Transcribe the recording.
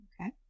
Okay